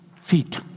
feet